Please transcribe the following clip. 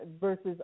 versus